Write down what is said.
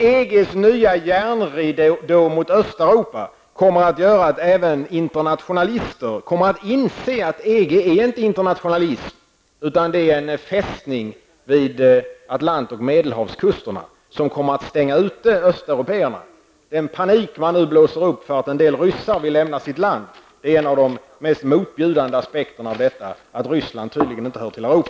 EGs nya järnridå gentemot Östeuropa kommer att medföra att även internationalister kommer att inse att EG inte innebär internationalism utan fästningar vid Atlant och Medelhavskusterna som kommer att stänga ute östeuropéerna. Den panik som man blåser upp för att en del ryssar vill lämna sitt land, är en av de mest motbjudande aspekterna på att Ryssland tydligen inte hör till Europa.